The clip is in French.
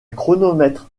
chronomètre